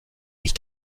mich